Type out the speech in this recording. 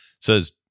says